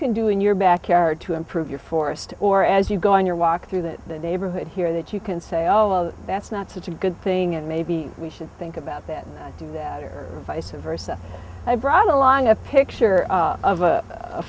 can do in your backyard to improve your forest or as you go on your walk through that the neighborhood here that you can say oh well that's not such a good thing and maybe we should think about that and do that or vice versa i brought along a picture of a